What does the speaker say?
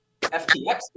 FTX